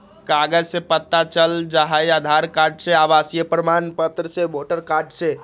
कागज से पता चल जाहई, आधार कार्ड से, आवासीय प्रमाण पत्र से, वोटर कार्ड से?